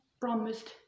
promised